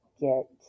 get